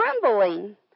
trembling